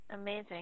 Amazing